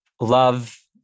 love